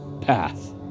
path